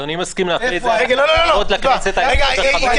אדוני מסכים להפריד לכנסת העשרים-וחמש?